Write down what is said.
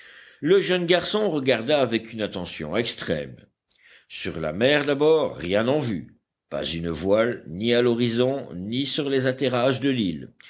le jeune garçon regarda avec une attention extrême sur la mer d'abord rien en vue pas une voile ni à l'horizon ni sur les atterrages de l'île